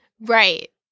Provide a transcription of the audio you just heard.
Right